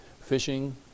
Fishing